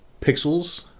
pixels